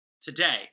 today